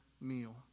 meal